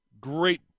great